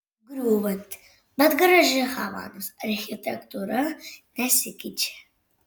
griūvanti bet graži havanos architektūra nesikeičia